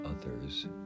others